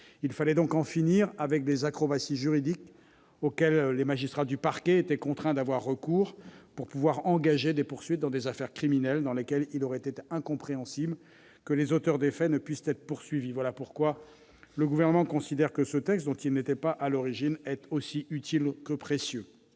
Il fallait donc en finir avec les acrobaties juridiques auxquelles les magistrats du parquet étaient contraints d'avoir recours pour pouvoir engager des poursuites dans certaines affaires criminelles, dans lesquelles il aurait été incompréhensible que les auteurs des faits ne puissent être poursuivis. Voilà pourquoi le Gouvernement considère que ce texte, dont il n'était pas à l'origine, est utile et précieux.